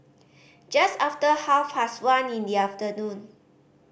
just after half past one in the afternoon